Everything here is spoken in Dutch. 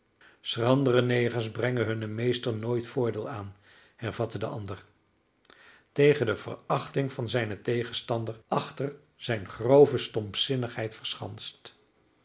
schrandere negers brengen hunne meesters nooit voordeel aan hervatte de ander tegen de verachting van zijnen tegenstander achter zijne grove stompzinnigheid verschanst